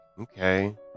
Okay